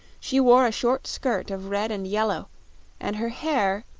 she wore a short skirt of red and yellow and her hair,